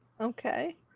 Okay